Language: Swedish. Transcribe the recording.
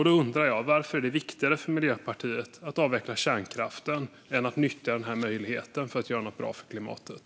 Då undrar jag: Varför är det viktigare för Miljöpartiet att avveckla kärnkraften än att nyttja den här möjligheten att göra något bra för klimatet?